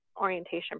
orientation